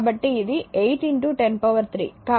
కాబట్టి ఇది 8 103